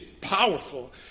powerful